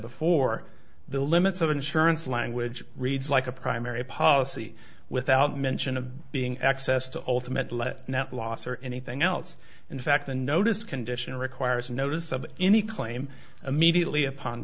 before the limits of insurance language reads like a primary policy without mention of being access to ultimately now loss or anything else in fact the notice condition requires a notice of any claim immediately upon